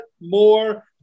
more